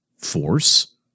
force